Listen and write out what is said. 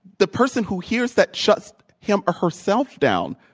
the person who hears that shuts him or herself down.